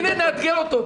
בואו נאתגר אותו.